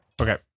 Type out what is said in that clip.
Okay